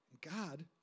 God